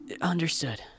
Understood